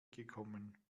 gekommen